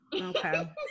Okay